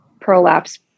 prolapse